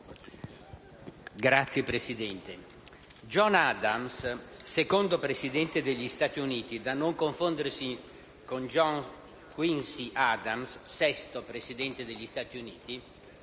John Adams, secondo Presidente degli Stati Uniti (da non confondere con John Quincy Adams, sesto Presidente degli Stati Uniti),